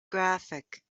graphic